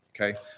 Okay